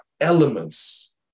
elements